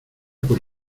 por